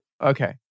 Okay